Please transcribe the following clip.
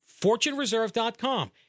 FortuneReserve.com